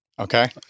Okay